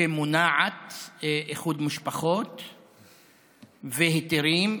שמונעת איחוד משפחות והיתרים,